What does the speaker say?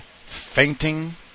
fainting